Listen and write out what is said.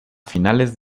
finales